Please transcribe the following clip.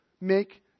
make